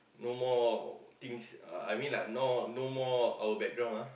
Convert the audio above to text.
no more things uh I mean like now no more our background ah